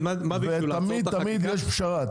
תמיד יש פשרה.